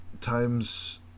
Times